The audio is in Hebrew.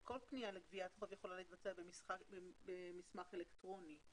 כל פנייה לגביית חוב יכולה להתבצע במסמך אלקטרוני,